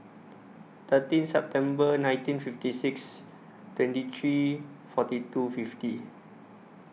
thirteen September nineteen fifty six twenty three forty two fifty